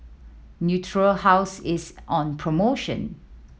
Natura House is on promotion